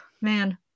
man